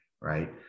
Right